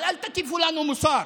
אבל אל תטיפו לנו מוסר.